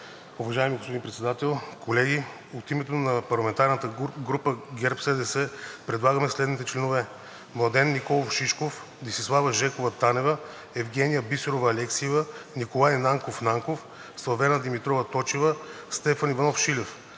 Уважаеми господин Председател, колеги! От името на парламентарната група на ГЕРБ-СДС предлагаме следните членове: Младен Николов Шишков, Десислава Жекова Танева, Евгения Бисерова Алексиева, Николай Нанков Нанков, Славена Димитрова Точева, Стефан Иванов Шилев.